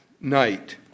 night